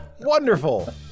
Wonderful